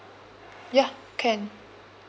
ya can